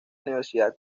universidad